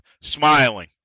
smiling